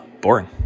boring